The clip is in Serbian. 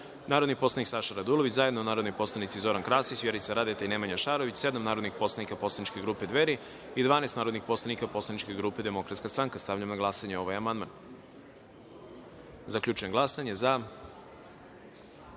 narodni poslanik Saša Radulović, zajedno narodni poslanici Zoran Krasić, Vjerica Radeta i Aleksandra Belančić, sedam narodnih poslanika poslaničke grupe Dveri i 12 narodnih poslanika poslaničke grupe DS.Stavljam na glasanje ovaj amandman. Zaključujem glasanje i